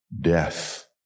death